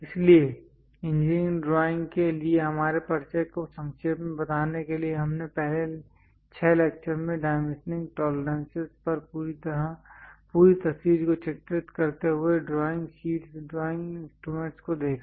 इसलिए engineering drawing के लिए हमारे परिचय को संक्षेप में बताने के लिए हमने पहले छह लेक्चर में डाइमेंशनिंग टॉलरेंसेस पर पूरी तस्वीर को चित्रित करते हुए ड्राइंग शीट ड्राइंग इंस्ट्रूमेंट्स को देखा